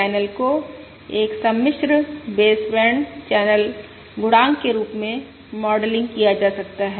channel को एक सम्मिश्र बेसबैंड चैनल गुणांक के रूप में मॉडलिंग किया जा सकता है